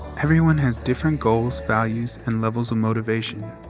everyone has different goals, values, and levels of motivation.